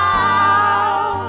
out